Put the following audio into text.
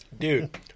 Dude